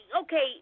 okay